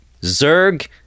Zerg